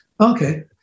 Okay